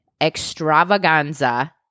extravaganza